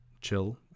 chill